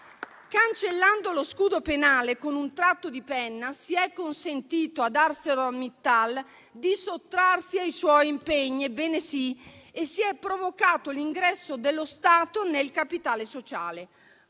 Cancellando lo scudo penale con un tratto di penna, si è consentito ad ArcelorMittal di sottrarsi ai suoi impegni - ebbene sì - e si è provocato l'ingresso dello Stato nel capitale sociale.